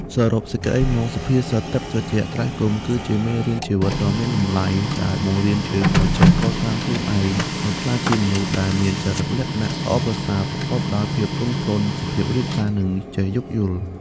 សរុបសេចក្តីមក សុភាសិត ទឹកត្រជាក់ ត្រីកុំ គឺជាមេរៀនជីវិតដ៏មានតម្លៃ ដែលបង្រៀនយើងឱ្យចេះកសាងខ្លួនឯងឱ្យក្លាយជាមនុស្សដែលមានចរិតលក្ខណៈល្អប្រសើរ ប្រកបដោយភាពទន់ភ្លន់ សុភាពរាបសារ និងចេះយោគយល់។